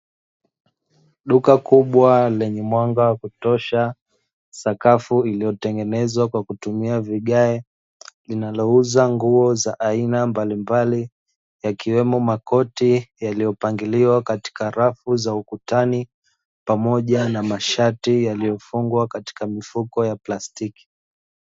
Duka kubwa lenye mwanga wa kutosha, sakafu iliyotengenezwa kwa kutumia vigae, linalouza nguo za aina mbalimbali, yakiwemo makoti yaliyopangiliwa katika rafu za ukutani, pamoja na mashati yaliyofungwa katika mifuko ya plastiki.